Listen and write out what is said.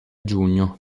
giugno